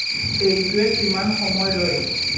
এইটোৱে কিমান সময় লয়